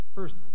First